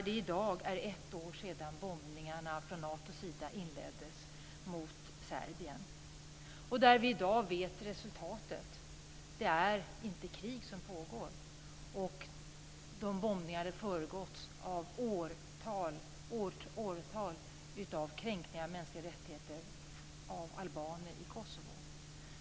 I dag är det ett år sedan bombningarna från Natos sida inleddes mot Serbien. Vi vet i dag resultatet. Det är inte krig som pågår. Bombningarna hade föregåtts av åratal av kränkningar av mänskliga rättigheter när det gäller albaner i Kosovo.